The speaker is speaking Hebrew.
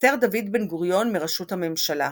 התפטר דוד בן-גוריון מראשות הממשלה.